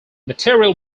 material